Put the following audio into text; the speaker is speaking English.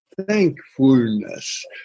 Thankfulness